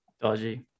dodgy